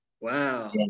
Wow